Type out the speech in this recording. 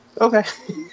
Okay